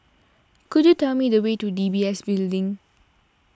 could you tell me the way to D B S Building